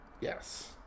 yes